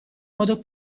modo